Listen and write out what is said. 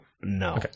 no